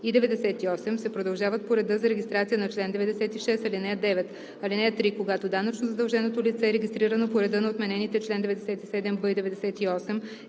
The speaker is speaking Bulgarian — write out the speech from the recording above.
и 98 се продължават по реда за регистрация на чл. 96, ал. 9. (3) Когато данъчно задълженото лице, регистрирано по реда на отменените чл. 97б и 98,